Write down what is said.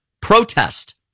protest